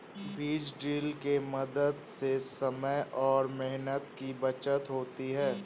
बीज ड्रिल के मदद से समय और मेहनत की बचत होती है